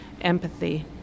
empathy